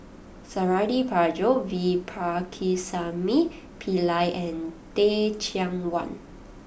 Suradi Parjo V Pakirisamy Pillai and Teh Cheang Wan